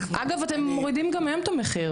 אגב, אתם מורידים גם היום את המחיר.